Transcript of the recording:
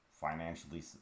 financially